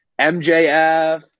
MJF